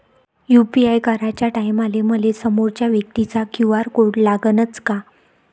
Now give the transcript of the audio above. UPI कराच्या टायमाले मले समोरच्या व्यक्तीचा क्यू.आर कोड लागनच का?